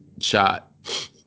shot